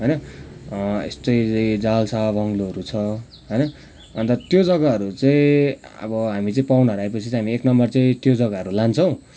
होइन यस्तै जालसा बङलोहरू छ होइन अन्त त्यो जग्गाहरू चाहिँ अब हामी चाहिँ पाहुनाहरू आएपछि चाहिँ हामी एक नम्बरमा चाहिँ त्यो जग्गाहरू लान्छौँ